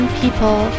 people